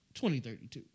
2032